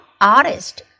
artist